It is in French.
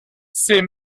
ces